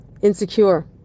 insecure